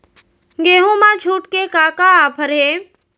गेहूँ मा छूट के का का ऑफ़र हे?